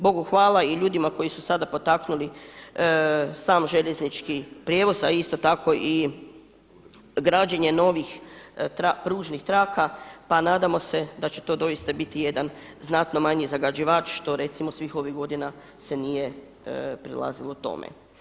Bogu hvala i ljudima koji su sada potaknuli sam željeznički prijevoz, a isto tako i građenje novih pružnih traka, pa nadamo se da će to doista biti jedan znatno manji zagađivač što recimo svih ovih godina se nije prilazilo tome.